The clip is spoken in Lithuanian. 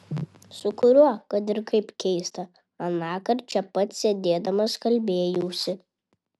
su kuriuo kad ir kaip keista anąkart čia pat sėdėdamas kalbėjausi